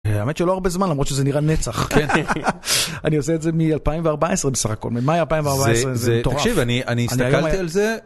האמת שלא הרבה זמן למרות שזה נראה נצח, אני עושה את זה מ-2014 בסך הכל, ממאי 2014 זה מטורף, תקשיב, אני הסתכלתי על זה